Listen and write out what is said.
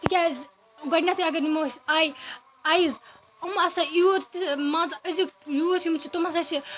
تہِ کیازِ گۄڈٕنٮ۪تھٕے اَگر نِمو أسۍ آیۍ اَیِز اَیِز یِم آسان یوٗت مان ژٕ أزِیُک یوٗتھ یِم چھِ تِم ہَسا چھِ